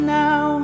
now